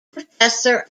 professor